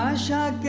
ah sharp